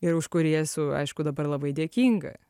ir už kurį esu aišku dabar labai dėkinga